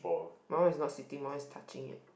my one is not sitting my one is touching it